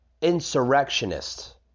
insurrectionist